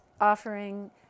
offering